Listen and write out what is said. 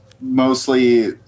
mostly